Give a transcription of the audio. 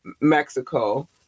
Mexico